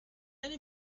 eine